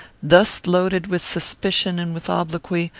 thus loaded with suspicion and with obloquy,